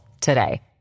today